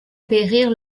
périr